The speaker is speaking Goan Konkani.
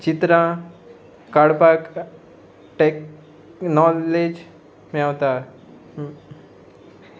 चित्रां काडपाक टॅक नॉलेज मेळटा